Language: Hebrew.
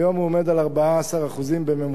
והיום הוא עומד על 14% בממוצע.